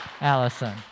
Allison